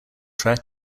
track